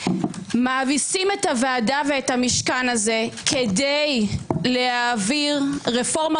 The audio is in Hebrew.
מאביסים את הוועדה ואת המשכן הזה כדי להעביר רפורמה